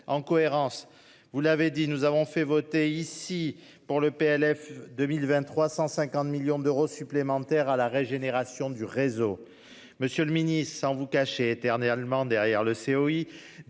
En cohérence. Vous l'avez dit, nous avons fait voter ici pour le PLF 2023 150 millions d'euros supplémentaires à la régénération du réseau. Monsieur le Ministre, sans vous cacher éternellement derrière le CO